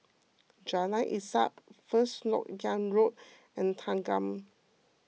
Jalan Ishak First Lok Yang Road and Thanggam